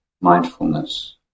mindfulness